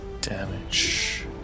Damage